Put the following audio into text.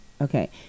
okay